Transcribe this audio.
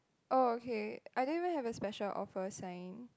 oh okay I don't even have a special offer sign